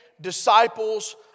disciples